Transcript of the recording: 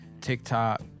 TikTok